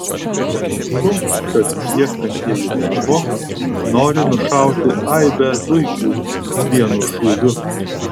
panašu kad ieškantieji darbo nori nušauti aibę zuikių vienu šūviu